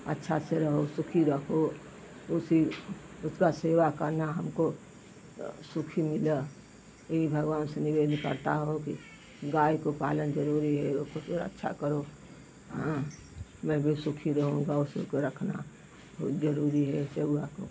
अच्छा से रहो सुखी रहो उसी उसका सेवा करना हमको सुखी मिला ई भगवान से निवेदन करता हूँ कि गाय को पालन जरूरी है वो कुछ रक्षा करो मैं भी सुखी रहूँगा उसको रखना बहुत जरूरी है सेवा को